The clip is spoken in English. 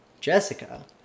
Jessica